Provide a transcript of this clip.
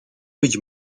być